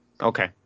Okay